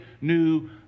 new